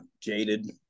jaded